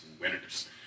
winners